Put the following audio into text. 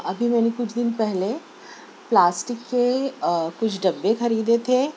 ابھی میں نے کچھ دن پہلے پلاسٹک کے کچھ ڈبے خریدے تھے